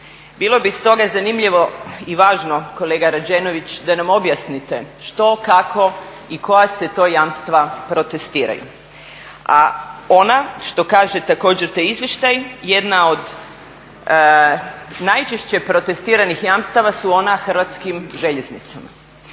Bilo bi stoga zanimljivo i važno kolega Rađenović da nam objasnite što, kako i koja se to jamstva protestiraju. A ona što kaže također taj izvještaj jedna od najčešće protestiranih jamstava su ona Hrvatskim željeznicama.